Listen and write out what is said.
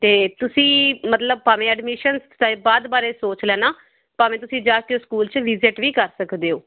ਅਤੇ ਤੁਸੀਂ ਮਤਲਬ ਭਾਵੇਂ ਅਡਮਿਸ਼ਨ ਚਾਹੇ ਬਾਅਦ ਬਾਰੇ ਸੋਚ ਲੈਂਦਾ ਭਾਵੇਂ ਤੁਸੀਂ ਜਾ ਕੇ ਸਕੂਲ 'ਚ ਵਿਜ਼ਿਟ ਵੀ ਕਰ ਸਕਦੇ ਹੋ